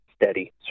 steady